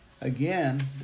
Again